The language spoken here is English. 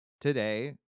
today